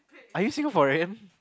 are you Singaporean